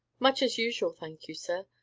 much as usual, thank you, sir.